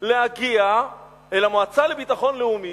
להגיע אל המועצה לביטחון לאומי,